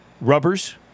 Rubbers